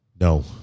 No